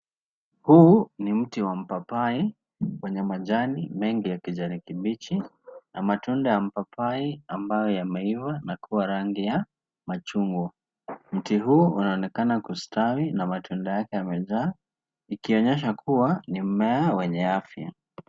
Huu ni mti wa mapapai wenye majani mengi ya kijani kibichi na matunda ya mpapai ambayo yameiva na kuwa rangi ya machungwa. Mti huu unaonekana kustawi na matunda yake yamejaa ikionyesha kuwa ni mmea wenye afya.